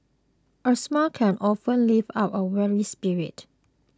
a smile can often lift up a weary spirit